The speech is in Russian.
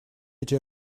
эти